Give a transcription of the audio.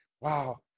Wow